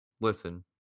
listen